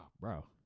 bro